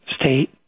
state